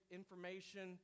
information